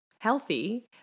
healthy